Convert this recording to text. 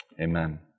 Amen